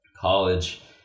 college